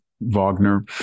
Wagner